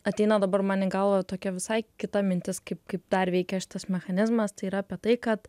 ateina dabar man į galvą tokia visai kita mintis kaip kaip dar veikia šitas mechanizmas tai yra apie tai kad